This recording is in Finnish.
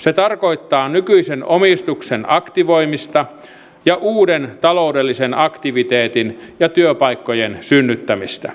se tarkoittaa nykyisen omistuksen aktivoimista ja uuden taloudellisen aktiviteetin ja työpaikkojen synnyttämistä